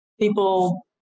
people